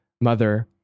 mother